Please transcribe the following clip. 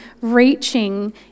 reaching